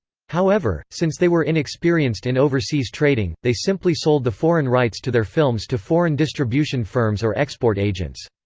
however, since they were inexperienced in overseas trading, they simply sold the foreign rights to their films to foreign distribution firms or export agents.